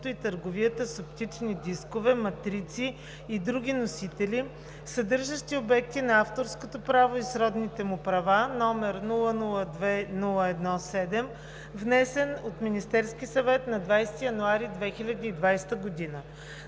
и търговията с оптични дискове, матрици и други носители, съдържащи обекти на авторското право и сродните му права, № 002-01-7, внесен от Министерския съвет на 20 януари 2020 г.